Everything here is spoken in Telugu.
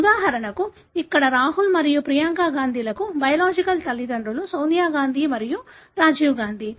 ఉదాహరణకు ఇక్కడ రాహుల్ మరియు ప్రియాంకా గాంధీలకు బయోలాజికల్ తల్లితండ్రు లు సోనియా గాంధీ మరియు రాజీవ్ గాంధీ